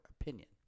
opinion